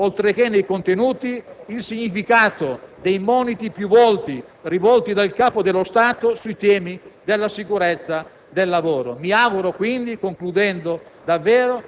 di recepire nel metodo di lavoro oltre che nei contenuti il significato dei moniti più volte rivolti dal Capo dello Stato sui temi della sicurezza